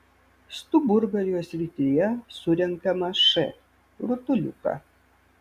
stuburgalio srityje surenkame š rutuliuką